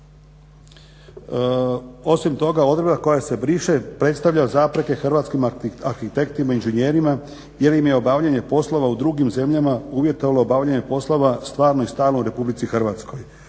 Osim toga odredba koja se briše predstavlja zapreke hrvatskim arhitektima inženjerima jer im je obavljanje poslova u drugim zemljama uvjetovalo obavljanje poslova, stvarno i stalno u RH. Dok arhitekti